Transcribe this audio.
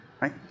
Right